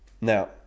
Now